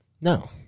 No